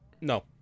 no